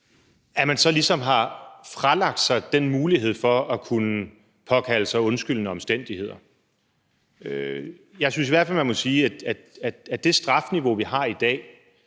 så ligesom har frasagt sig den mulighed for at kunne påkalde sig undskyldende omstændigheder? Jeg synes i hvert fald, man må sige, at det strafniveau, vi har i dag,